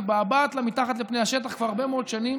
מבעבעת לה מתחת לפני השטח כבר הרבה מאוד שנים,